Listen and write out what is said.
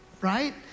right